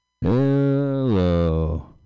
Hello